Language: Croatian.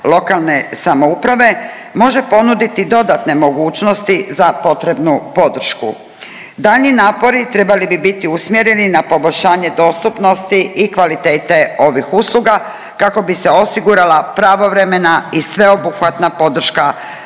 lokalne samouprave, može ponuditi dodatne mogućnosti za potrebnu podršku. Daljnji napori trebali bi biti usmjereni na poboljšanje dostupnosti i kvalitete ovih usluga, kako bi se osigurala pravovremena i sveobuhvatna podrška